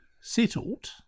settled